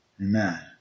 Amen